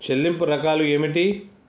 చెల్లింపు రకాలు ఏమిటి?